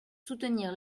soutenir